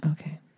Okay